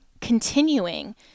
continuing